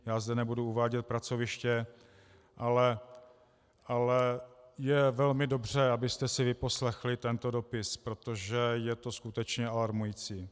Já zde nebudu uvádět pracoviště, ale je velmi dobře, abyste si vyposlechli tento dopis, protože je to skutečně alarmující.